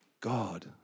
God